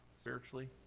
spiritually